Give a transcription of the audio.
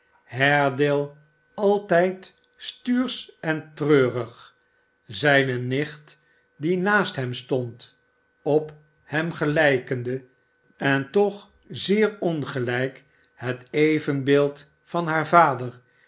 haredale altijd stuursch en treurig zijne nicht die naast hem stond op hem gelijkende en toch zeer ongelijk het evenbeeld van haar vader